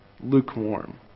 Lukewarm